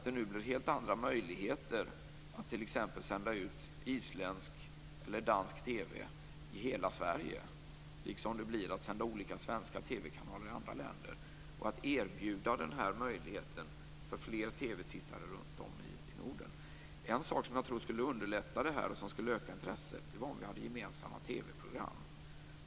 Det blir nu helt andra möjligheter att t.ex. sända isländsk eller dansk TV i hela Sverige liksom att sända olika svenska TV-kanalers program i andra länder. Den här möjligheten kan nu erbjudas fler TV-tittare runt om i Norden. En sak som jag tror skulle underlätta det här och öka intresset vore gemensamma TV-program.